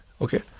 okay